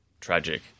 tragic